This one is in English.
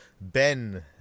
Ben